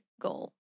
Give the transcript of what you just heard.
goal